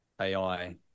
AI